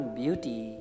beauty